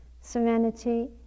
Serenity